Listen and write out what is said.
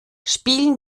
spielen